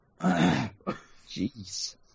Jeez